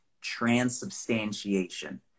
transubstantiation